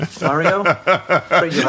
Mario